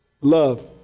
love